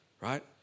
right